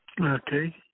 Okay